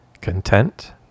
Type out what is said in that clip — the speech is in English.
content